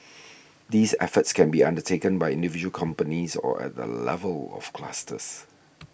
these efforts can be undertaken by individual companies or at the level of clusters